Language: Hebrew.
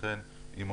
אם הוא